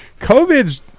COVID